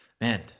man